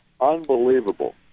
unbelievable